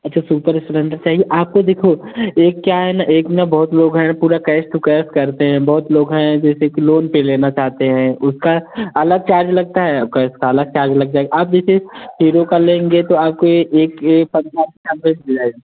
अच्छा super Splendor चाहिए आपको देखो एक क्या है न एक न बहुत लोग हैं पूरा कैस टू कैस करते हैं बहुत लोग हैं जैसे कि लोन पे लेना चाहते हैं उसका अलग चार्ज लगता है और कैस का अलग चार्ज लग जाए आप जैसे हीरो का लेंगे तो आपको ये एक